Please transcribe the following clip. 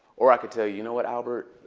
or i could tell you, you know what, albert?